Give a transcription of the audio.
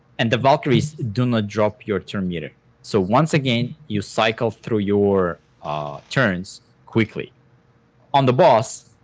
and the valkyries do not drop your turn meter so once again, you cycle through your ah turns quickly on the boss,